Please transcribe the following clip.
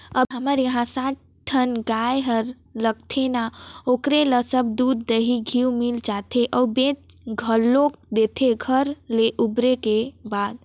अभी हमर इहां सात ठन गाय हर लगथे ना ओखरे ले सब दूद, दही, घींव मिल जाथे अउ बेंच घलोक देथे घर ले उबरे के बाद